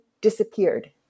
disappeared